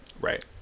Right